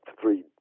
three